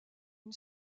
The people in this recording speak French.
une